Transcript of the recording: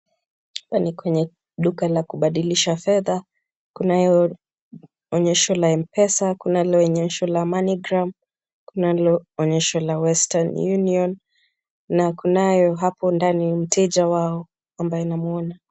Hapa ni kwenye duka la kubadilisha fedha, kunayo onyesho la Mpesa, kunalo onyesho la Moneygram, kunalo onyesho la Western Union na kunayo hapo ndani mteja wao ambaye namuona.